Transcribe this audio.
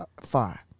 far